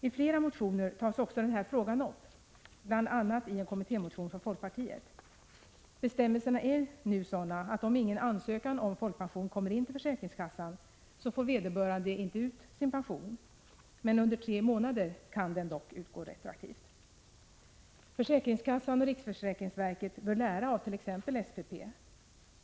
I flera motioner tas också denna fråga upp, bl.a. i en kommittémotion från folkpartiet. Bestämmelserna är nu sådana att om ingen ansökan om folkpension kommer in till försäkringskassan, så får vederbörande inte ut sin pension. Under tre månader kan den dock utgå retroaktivt. Försäkringskassan och riksförsäkringsverket bör lära av t.ex. SPP.